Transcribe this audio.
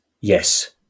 Yes